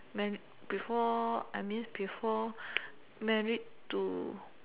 before I means before married to